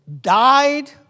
died